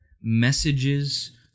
messages